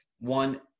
One